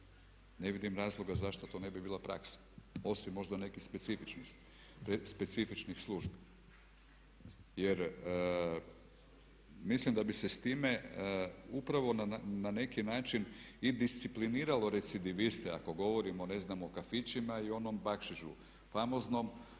Ne vidim razloga zašto to ne bi bila praksa, osim možda nekih specifičnih službi. Jer mislim da bi se s time upravo na neki način i discipliniralo recidiviste ako govorimo o ne znam o kafićima i onom bakšišu famoznom.